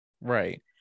Right